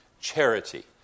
charity